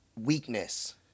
weakness